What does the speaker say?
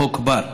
חוק בר.